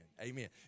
Amen